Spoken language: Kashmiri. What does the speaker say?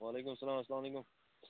وعلیکُم سلام اسلامُ علیکُم